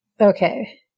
Okay